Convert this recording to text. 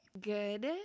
Good